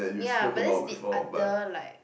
ya but that's the other like